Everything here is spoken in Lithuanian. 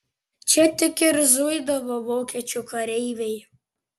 čia tik ir zuidavo vokiečių kareiviai